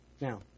Now